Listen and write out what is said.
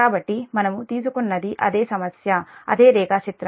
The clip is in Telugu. కాబట్టిమనము తీసుకున్నది అదే సమస్య అదే రేఖాచిత్రం